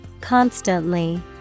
Constantly